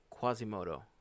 Quasimodo